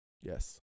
Yes